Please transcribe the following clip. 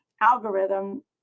algorithm